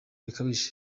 bikabije